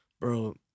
bro